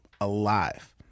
alive